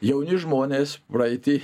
jauni žmonės praeity